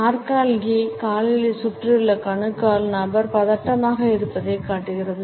நாற்காலி கால்களைச் சுற்றியுள்ள கணுக்கால் நபர் பதட்டமாக இருப்பதைக் காட்டுகிறது